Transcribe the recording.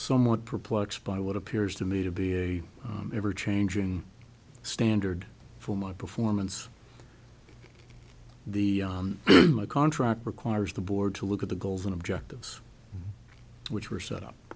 somewhat perplexed by what appears to me to be a ever changing standard for my performance the contract requires the board to look at the goals and objectives which were set up